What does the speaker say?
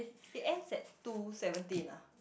it ends at two seventeen ah